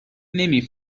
نمی